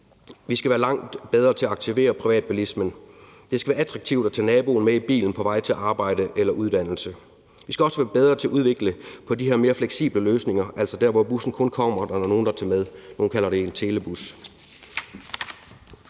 Vi skal være langt bedre til at aktivere privatbilismen; det skal være attraktivt at tage naboen med i bilen på vej til arbejde eller uddannelse. Vi skal også være bedre til at udvikle på de her mere fleksible løsninger, altså der, hvor bussen kun kommer, når der er nogen at tage med; nogle kalder det en telebus.